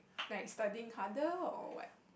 like studying harder or what